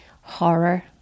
horror